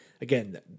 Again